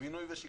בינוי ושיכון,